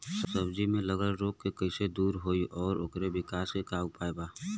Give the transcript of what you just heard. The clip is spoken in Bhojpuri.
सब्जी में लगल रोग के कइसे दूर होयी और ओकरे विकास के उपाय का बा?